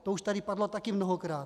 To už tady padlo taky mnohokrát.